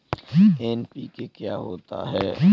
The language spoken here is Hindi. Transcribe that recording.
एन.पी.के क्या होता है?